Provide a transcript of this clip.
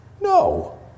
No